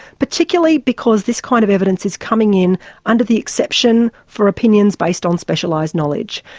particularly because this kind of evidence is coming in under the exception for opinions based on specialised knowledge.